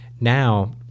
now